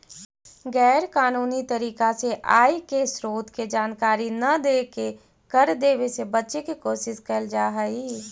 गैर कानूनी तरीका से आय के स्रोत के जानकारी न देके कर देवे से बचे के कोशिश कैल जा हई